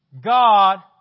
God